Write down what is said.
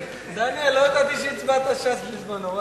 לא ידעתי שהצבעת ש"ס בזמנו.